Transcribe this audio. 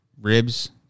Ribs